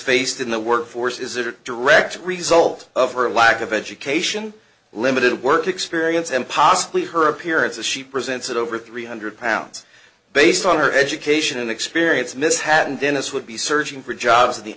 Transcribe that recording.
faced in the workforce is a direct result of her lack of education limited work experience and possibly her appearance as she presented over three hundred pounds based on her education experience mishap and dennis would be searching for jobs of the